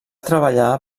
treballar